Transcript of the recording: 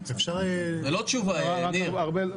זו לא תשובה, ניר.